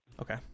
Okay